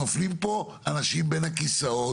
נופלים פה אנשים בין הכיסאות